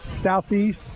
Southeast